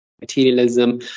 materialism